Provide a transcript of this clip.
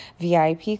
VIP